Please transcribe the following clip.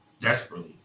Desperately